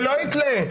שלא יתלה.